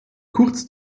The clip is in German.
kurz